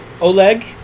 Oleg